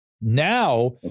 Now